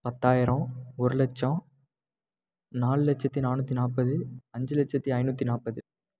பத்தாயிரம் ஒரு லட்சம் நாலு லட்சத்து நானூற்றி நாற்பது அஞ்சு லட்சத்து ஐந்நூற்றி நாற்பது